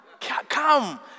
come